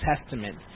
Testament